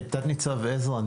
תת-ניצב עזרא,